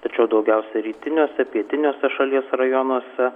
tačiau daugiausia rytiniuose pietiniuose šalies rajonuose